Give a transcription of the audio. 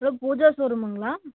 hello Pooja ஷோரூமுங்களா